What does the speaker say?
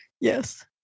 Yes